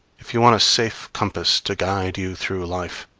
if you want a safe compass to guide you through life,